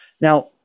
Now